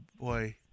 Boy